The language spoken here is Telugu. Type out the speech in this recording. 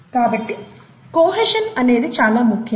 కాబట్టి కొహెషన్ అనేది చాలా ముఖ్యం